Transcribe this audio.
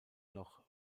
noch